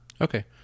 Okay